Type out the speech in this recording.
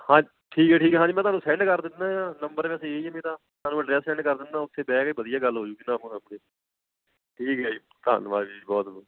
ਹਾਂ ਠੀਕ ਹੈ ਠੀਕ ਹੈ ਹਾਂ ਜੀ ਮੈਂ ਤੁਹਾਨੂੰ ਸੈਂਡ ਕਰ ਦਿੰਦਾ ਹਾਂ ਨੰਬਰ ਵੈਸੇ ਇਹ ਹੀ ਹੈ ਮੇਰਾ ਤੁਹਾਨੂੰ ਮੈਂ ਅਡਰੈਸ ਸੈਂਡ ਕਰ ਦਿੰਦਾ ਉੱਥੇ ਬਹਿ ਕੇ ਵਧੀਆ ਗੱਲ ਹੋਜੂਗੀ ਠੀਕ ਹੈ ਜੀ ਧੰਨਵਾਦ ਜੀ ਬਹੁਤ ਬਹੁਤ